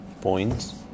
points